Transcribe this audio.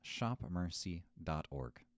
shopmercy.org